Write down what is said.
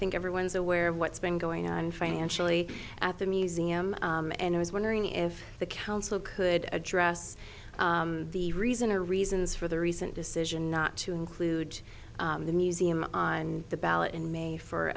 think everyone's aware of what's been going on financially at the museum and i was wondering if the council could address the reason or reasons for the recent decision not to include the museum on the ballot in may for